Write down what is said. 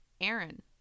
aaron